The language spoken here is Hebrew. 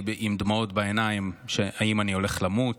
עם דמעות בעיניים אם אני הולך למות,